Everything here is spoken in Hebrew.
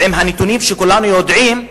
ועם הנתונים שכולנו יודעים,